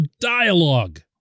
dialogue